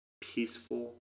peaceful